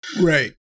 Right